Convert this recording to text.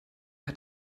hat